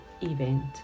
event